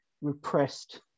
repressed